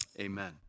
amen